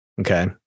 okay